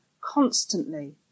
constantly